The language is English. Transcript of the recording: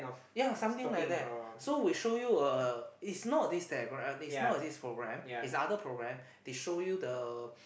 ya something like that so we show you a it's not this leh it's not this program it's other program they show you the